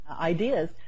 ideas